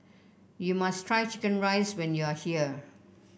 you must try chicken rice when you are here